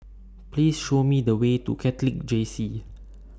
Please Show Me The Way to Catholic J C